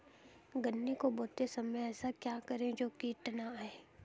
गन्ने को बोते समय ऐसा क्या करें जो कीट न आयें?